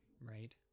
right